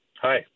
Hi